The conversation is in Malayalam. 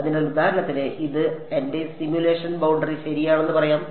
അതിനാൽ ഉദാഹരണത്തിന് ഇത് എന്റെ സിമുലേഷൻ ബൌണ്ടറി ശരിയാണെന്ന് പറയാം